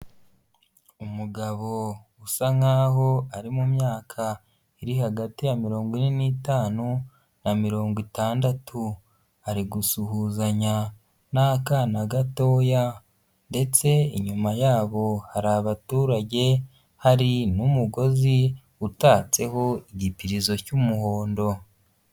Umugabo usa nkaho ari mu myaka iri hagati ya mirongo ine n'itanu na mirongo itandatu, ari gusuhuzanya n'akana gatoya ndetse inyuma yabo hari abaturage, hari n'umugozi utatseho igipirizo cy'umuhondo.